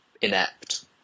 inept